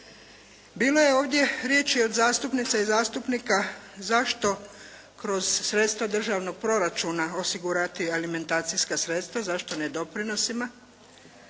Bilo je ovdje riječi od zastupnica i zastupnika zašto kroz sredstva državnog proračuna osigurati alimentacijska sredstva, zašto ne doprinosima.